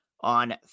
on